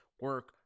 Work